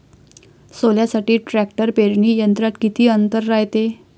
सोल्यासाठी ट्रॅक्टर पेरणी यंत्रात किती अंतर रायते?